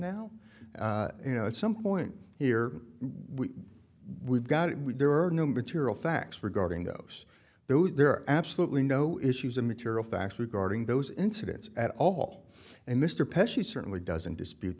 now you know it's some point here we we've got it there are new material facts regarding those though there are absolutely no issues of material fact regarding those incidents at all and mr peck she certainly doesn't dispute